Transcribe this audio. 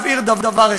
ושומרון.